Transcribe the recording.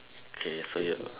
okay so you have a